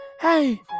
hey